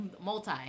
Multi